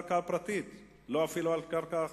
הקרקע פרטית,